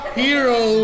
hero